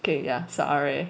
okay ya sorry